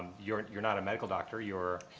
you're you're not a medical doctor, you're